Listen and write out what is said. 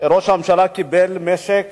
שראש הממשלה קיבל משק